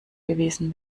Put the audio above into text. gewesen